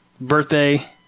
birthday